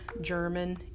german